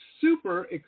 super